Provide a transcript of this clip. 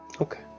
okay